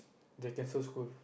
they will cancel school